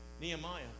Nehemiah